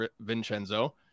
Vincenzo